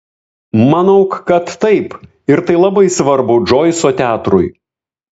manau kad taip ir tai labai svarbu džoiso teatrui